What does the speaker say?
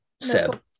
Seb